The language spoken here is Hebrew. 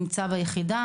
נמצא ביחידה,